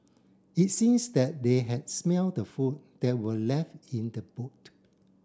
it seems that they had smell the food that were left in the boot